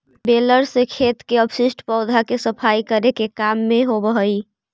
baler से खेत के अवशिष्ट पौधा के सफाई करे के काम होवऽ हई